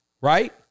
right